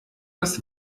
das